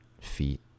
feet